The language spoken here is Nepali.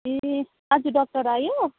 ए आज डाक्टर आयो